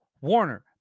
Warner